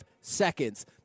Seconds